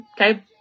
Okay